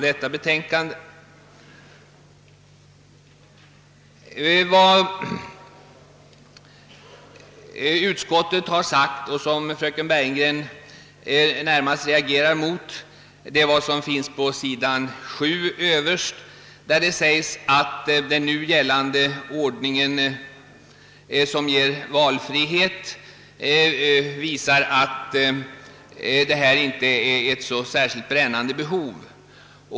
Vad fröken Bergegren närmast reagerar mot är vad som sägs överst på s. 7 i utskottets utlåtande, att den nuvarande ordningen, som ger valfrihet, visar att det här inte gäller något särskilt brännande problem.